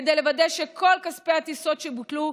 כדי לוודאי שכל כספי הטיסות שבוטלו,